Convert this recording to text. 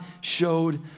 showed